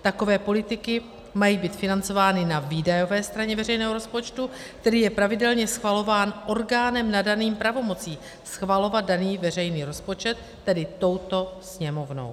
Takové politiky mají být financovány na výdajové straně veřejného rozpočtu, který je pravidelně schvalován orgánem nadaným pravomocí schvalovat daný veřejný rozpočet, tedy touto Sněmovnou.